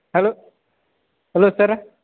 hello hello sir